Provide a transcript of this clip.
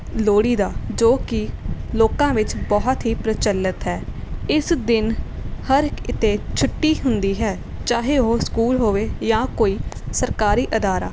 ਲੋਹੜੀ ਦਾ ਜੋ ਕਿ ਲੋਕਾਂ ਵਿੱਚ ਬਹੁਤ ਹੀ ਪ੍ਰਚਲਿਤ ਹੈ ਇਸ ਦਿਨ ਹਰ ਕਿਤੇ ਛੁੱਟੀ ਹੁੰਦੀ ਹੈ ਚਾਹੇ ਉਹ ਸਕੂਲ ਹੋਵੇ ਜਾਂ ਕੋਈ ਸਰਕਾਰੀ ਅਦਾਰਾ